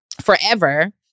forever